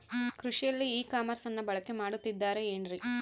ಕೃಷಿಯಲ್ಲಿ ಇ ಕಾಮರ್ಸನ್ನ ಬಳಕೆ ಮಾಡುತ್ತಿದ್ದಾರೆ ಏನ್ರಿ?